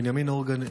בנימין הורגן,